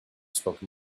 spoken